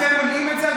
אתם מונעים את זה,